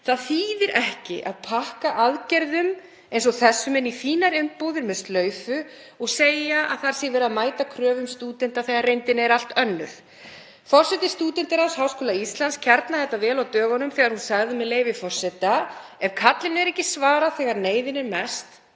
Það þýðir ekki að pakka aðgerðum eins og þessum inn í fínar umbúðir með slaufu og segja að verið sé að mæta kröfum stúdenta þegar reyndin er allt önnur. Forseti Stúdentaráðs Háskóla Íslands kjarnaði þetta vel á dögunum þegar hún sagði: Ef kallinu er ekki svarað þegar neyðin er mest,